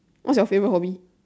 what's your favourite hobby